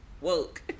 woke